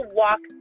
walk